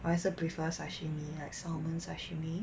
I also prefer sashimi like salmon sashimi